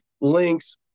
links